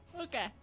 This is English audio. Okay